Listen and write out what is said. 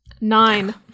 Nine